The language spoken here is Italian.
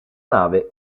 nave